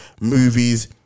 movies